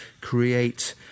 create